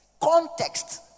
Context